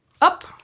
up